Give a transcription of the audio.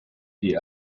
the